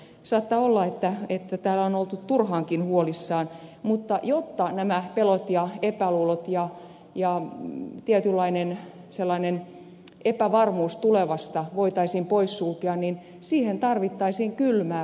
saattaa olla että täällä on oltu turhaankin huolissaan mutta jotta nämä pelot ja epäluulot ja sellainen tietynlainen epävarmuus tulevasta voitaisiin poissulkea siihen tarvittaisiin kylmää puolueetonta faktaa